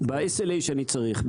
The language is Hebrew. ב-SLA שאני צריך,